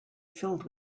filled